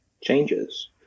changes